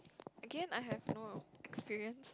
Again I have no experience